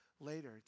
Later